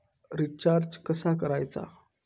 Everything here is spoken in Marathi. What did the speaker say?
रिचार्ज कसा करायचा?